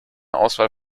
auswahl